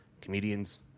comedians